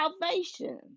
salvation